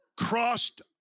crossed